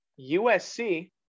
USC